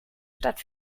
stadt